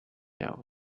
that